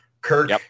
Kirk